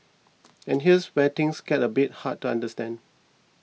and here's where things get a bit hard to understand